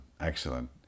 Excellent